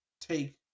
take